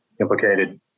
implicated